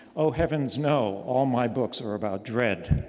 oh, heavens no. all my books are about dread